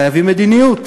חייבים מדיניות.